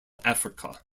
africa